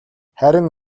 харин